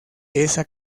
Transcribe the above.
esa